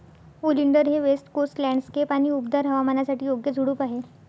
oleander हे west coast landscape आणि उबदार हवामानासाठी योग्य झुडूप आहे